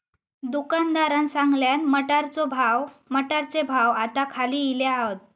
दुकानदारान सांगल्यान, मटारचे भाव आता खाली इले हात